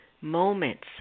moments